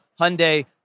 Hyundai